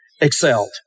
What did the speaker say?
excelled